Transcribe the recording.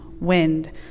wind